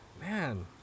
man